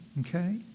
Okay